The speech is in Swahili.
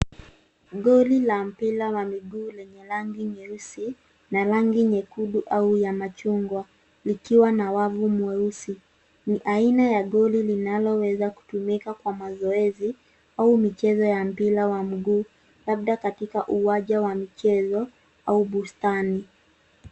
Goli la mpira wa miguu lenye rangi nyeusi na rangi nyekundu au ya machungwa likiwa na wavu mweusi. Ni aina ya goli linaloweza kutumika kwa mazoezi au michezo ya mpira wa mguu labda katika uwanja wa mchezo au bustani.